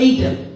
Adam